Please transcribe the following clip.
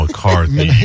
McCarthy